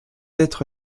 être